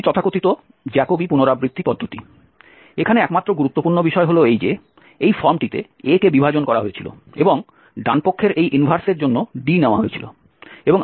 এটি তথাকথিত জ্যাকোবি পুনরাবৃত্তি পদ্ধতি এখানে একমাত্র গুরুত্বপূর্ণ বিষয় হল যে এই ফর্মটিতে A কে বিভাজন করা হয়েছিল এবং ডানপক্ষের এই ইনভার্স এর জন্য D নেওয়া হয়েছিল